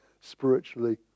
spiritually